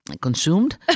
consumed